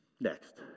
Next